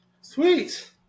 sweet